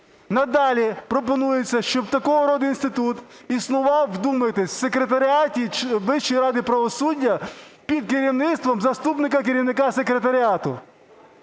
Надалі пропонується, щоб такого роду інститут існував, вдумайтесь, в секретаріаті Вищої ради правосуддя під керівництвом заступника керівника секретаріату.